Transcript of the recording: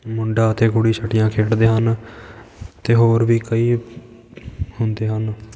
ਮੁੰਡਾ ਅਤੇ ਕੁੜੀ ਛਟੀਆਂ ਖੇਡਦੇ ਹਨ ਅਤੇ ਹੋਰ ਵੀ ਕਈ ਹੁੰਦੇ ਹਨ